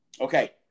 Okay